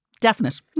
definite